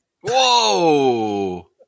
Whoa